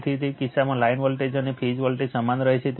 તેથી તે કિસ્સામાં લાઇન વોલ્ટેજ અને ફેઝ વોલ્ટેજ સમાન રહે છે